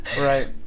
right